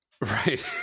Right